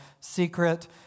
secret